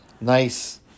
nice